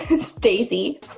stacy